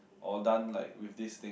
or done like with this thing